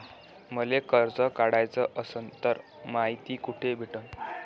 मले कर्ज काढाच असनं तर मायती कुठ भेटनं?